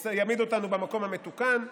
זה יעמיד אותנו במקום המתוקן.